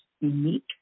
unique